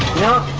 know